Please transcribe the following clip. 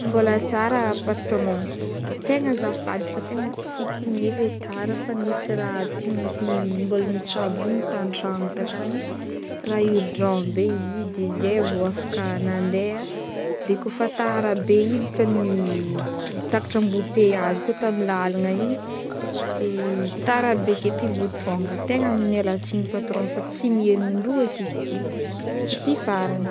Mbola tsara patron, tegna azafady fa tegna tsy kiniha le tara fa nisy tsy maintsy mbola notsaboigny tan-tragno tankagny, raha urgent be izy i de zay vao afaka nande de kaofa tara be i bôka takatra embouteillage koa tamy lalagna igny de tara be ke ty vao tonga tegna miala tsiny patron, fa tsy miherigny indroa eky izy ty fa ty farany.